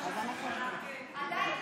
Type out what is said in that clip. מה זה אומר,